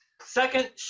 second